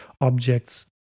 objects